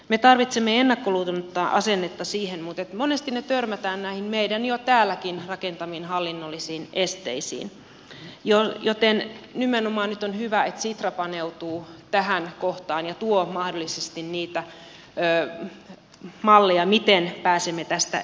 me tarvitsemme ennakkoluulotonta asennetta siihen mutta monesti me törmäämme näihin meidän jo täälläkin rakentamiimme hallinnollisiin esteisiin joten nimenomaan nyt on hyvä että sitra paneutuu tähän kohtaan ja tuo mahdollisesti niitä malleja miten pääsemme tästä eteenpäin